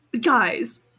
guys